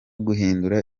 guhindura